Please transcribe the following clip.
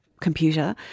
computer